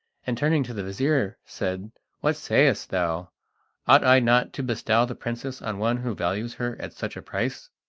and turning to the vizir said what sayest thou? ought i not to bestow the princess on one who values her at such a price?